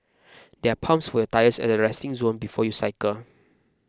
there are pumps for your tyres at the resting zone before you cycle